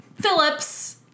Phillips